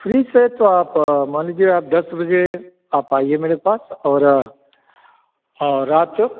free से तो आप मान लीजिए आप दस बजे आप आइए मेरे पास और और रात